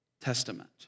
Testament